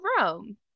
Rome